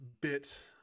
bit